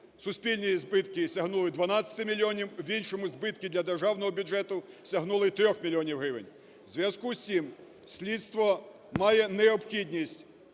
суспільні збитки сягнули 12 мільйонів, в іншому збитки для державного бюджету сягнули 3 мільйонів гривень. У зв'язку з цим слідство має необхідність